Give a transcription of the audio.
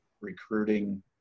recruiting